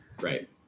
right